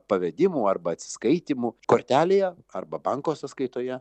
pavedimų arba atsiskaitymų kortelėje arba banko sąskaitoje